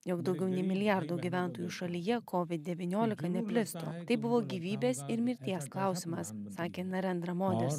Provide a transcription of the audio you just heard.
jog daugiau nei milijardo gyventojų šalyje covid devyniolika neplistų tai buvo gyvybės ir mirties klausimas sakė narendra modis